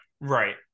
Right